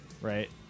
right